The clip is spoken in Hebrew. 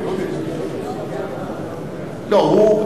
טוב,